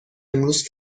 امروز